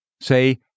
Say